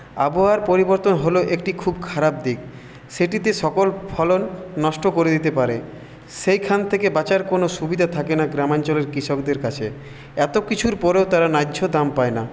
আবহাওয়ার পরিবর্তন হল একটি খুব খারাপ দিক সেটিতে সকল ফলন নষ্ট করে দিতে পারে সেইখান থেকে বাঁচার কোনো সুবিধা থাকে না গ্রামাঞ্চলের কৃষকদের কাছে এত কিছুর পরেও তারা ন্যায্য দাম পায় না